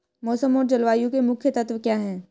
मौसम और जलवायु के मुख्य तत्व क्या हैं?